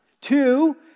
Two